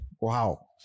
Wow